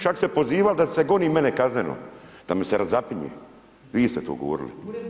Čak ste pozivali da se goni mene kazneno, da me se razapinje, vi ste to govorili.